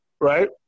Right